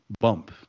bump